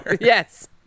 Yes